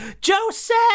Joseph